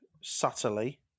subtly